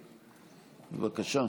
בבקשה.